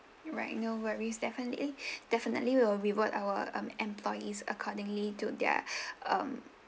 you're right no worries definitely definitely we'll reward our employees accordingly to their um